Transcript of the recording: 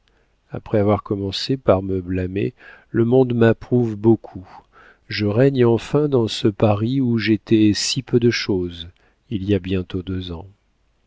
après avoir commencé par me blâmer le monde m'approuve beaucoup je règne enfin dans ce paris où j'étais si peu de chose il y a bientôt deux ans